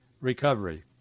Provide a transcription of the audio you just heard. recovery